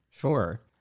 Sure